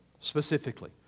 specifically